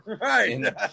right